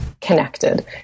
connected